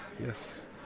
Yes